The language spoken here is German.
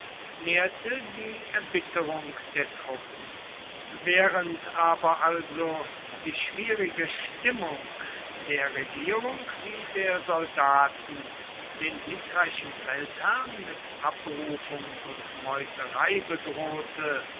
nährte die erbitterung der truppen während aber also die schwierige stimmung der regierung wie der soldaten den siegreichen feldherrn mit abberufung und meuterei bedrohte